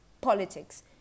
Politics